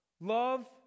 Love